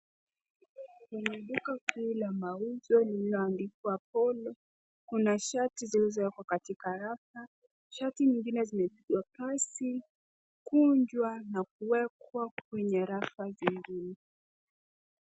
Kuna duka kuu la mauzo lililoandikwa Polo. Kuna shati zilizowekwa katika rafa. Shati nyingine zimepigwa pasi, kunjwa na kuwekwa kwenye rafa zingine.